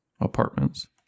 apartments